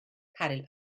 caryl